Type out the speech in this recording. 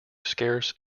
scarce